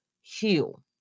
heal